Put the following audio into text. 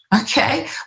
Okay